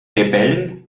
rebellen